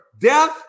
death